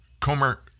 Comer